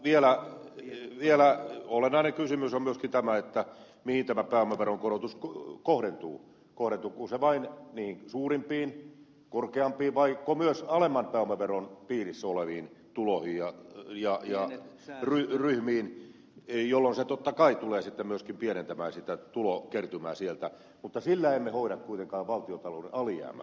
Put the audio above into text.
vielä olennainen kysymys on myöskin tämä mihin tämä pääomaveron korotus kohdentuu kohdentuuko se vain niihin suurimpiin korkeimpiin vaiko myös alemman pääomaveron piirissä oleviin tuloihin ja ryhmiin jolloin se totta kai tulee sitten myöskin pienentämään sitä tulokertymää sieltä mutta sillä emme hoida kuitenkaan valtiontalouden alijäämää